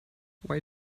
why